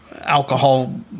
alcohol